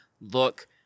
Look